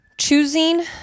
choosing